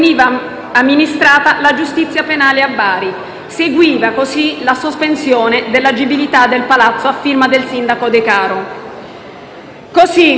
amministrata la giustizia penale a Bari, seguiva la sospensione dell'agibilità del palazzo, a firma del sindaco Decaro. Così,